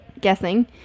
guessing